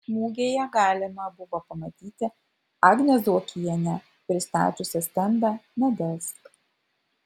mugėje galima buvo pamatyti agnę zuokienę pristačiusią stendą nedelsk